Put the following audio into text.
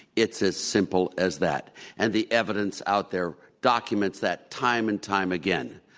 it's as simple as that and the evidence out there documents that time and time again.